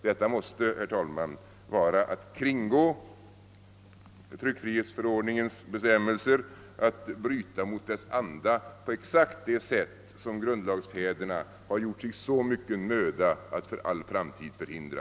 Detta måste, herr talman, vara att kringgå tryckfrihetsförordningens bestämmelser och att bryta mot dess anda på exakt det sätt som grundlagsfäderna gjorde sig så mycken möda att för all framtid förhindra.